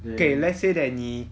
okay let's say that 你